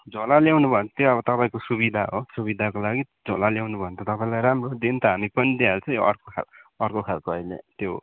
झोला ल्याउनु भने त्यो तपाईँको सुविधा हो सुविधाको लागि झोला ल्याउनु भने त राम्रो दिनु त हामी पनि दिइहाल्छौँ अर्को खाल् अर्को खालको अहिले त्यो